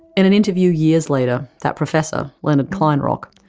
in an interview years later, that professor, leonard kleinrock,